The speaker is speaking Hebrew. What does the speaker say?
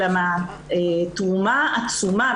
אלא מהתרומה העצומה,